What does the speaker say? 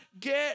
get